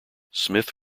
smith